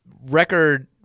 record